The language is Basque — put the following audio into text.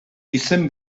izen